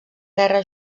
guerra